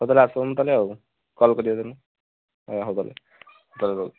ହଉ ତାହେଲେ ଆସନ୍ତୁ ତାହେଲେ ଆଉ କଲ୍ କରିବେ ତାହେଲେ ହଉ ତାହେଲେ ତାହେଲେ ରହୁଛି